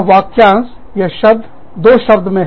यह वाक्यांश यह शब्द दो शब्दों में